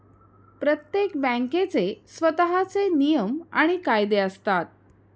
प्रत्येक बँकेचे स्वतःचे नियम आणि कायदे असतात